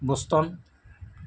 Boston